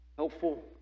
Helpful